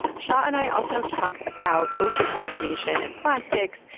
shah and i also talked about ocean conservation and plastics,